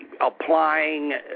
applying